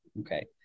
Okay